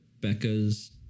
Becca's